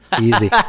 Easy